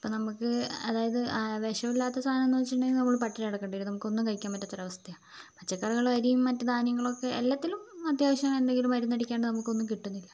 അപ്പം നമുക്ക് അതായത് ആ വിഷം ഇല്ലാത്ത സാധനമെന്ന് വെച്ചിട്ടുണ്ടെങ്കിൽ പട്ടിണി കിടക്കേണ്ടി വരും നമുക്ക് ഒന്നും കഴിക്കാൻ പറ്റാത്ത അവസ്ഥയാണ് പച്ചക്കറികളും അരിയും മറ്റു ധാന്യങ്ങളുമൊക്കെ എല്ലാത്തിലും അത്യാവശ്യം എന്തെന്നങ്കിലും മരുന്ന് അടിക്കാതെ നമുക്കൊന്നും കിട്ടുന്നില്ല